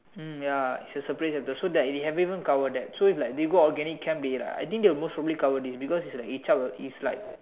mm ya it's a separate chapter so that we haven't even cover that so if like they go organic Chem they right I think they will most likely cover this because it's like a Chap it's like